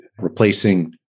replacing